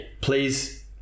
Please